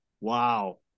Wow